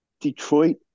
Detroit